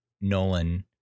Nolan